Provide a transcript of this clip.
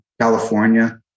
California